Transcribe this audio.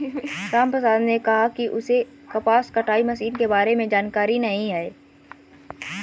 रामप्रसाद ने कहा कि उसे कपास कटाई मशीन के बारे में जानकारी नहीं है